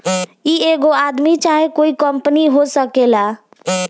ई एगो आदमी चाहे कोइ कंपनी हो सकेला